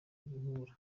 guhura